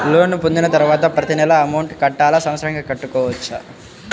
Loan పొందిన తరువాత ప్రతి నెల అమౌంట్ కట్టాలా? సంవత్సరానికి కట్టుకోవచ్చా?